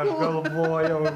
aš galvojau